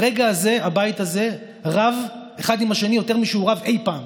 ברגע הזה הבית הזה רב אחד עם השני יותר משהוא רב אי פעם.